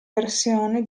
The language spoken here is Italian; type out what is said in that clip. versione